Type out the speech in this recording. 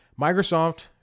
Microsoft